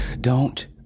Don't